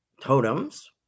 totems